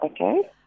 Okay